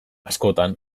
askotan